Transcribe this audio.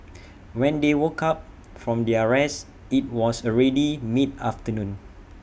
when they woke up from their rest IT was already mid afternoon